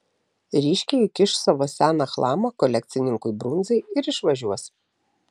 ryškiai įkiš savo seną chlamą kolekcininkui brunzai ir išvažiuos